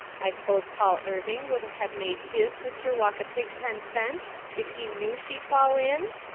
i s'pose paul irving wouldn't have made his sister walk a pigpen fence if he knew she'd fall in?